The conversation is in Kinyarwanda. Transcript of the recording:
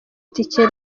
itike